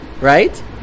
right